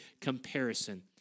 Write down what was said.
comparison